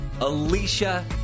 Alicia